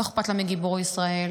לא אכפת לה מגיבורי ישראל,